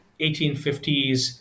1850s